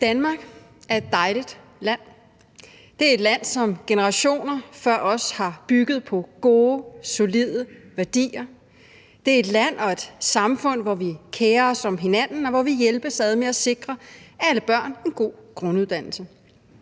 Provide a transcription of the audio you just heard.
Danmark er et dejligt land. Det er et land, som generationer før os har bygget på gode, solide værdier. Det er et land og et samfund, hvor vi kerer os om hinanden, og hvor vi hjælpes ad med at sikre alle børn en god grunduddannelse.